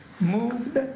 moved